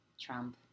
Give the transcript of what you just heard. Trump